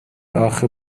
آخه